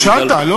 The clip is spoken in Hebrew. אתה שאלת היום.